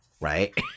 Right